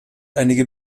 einige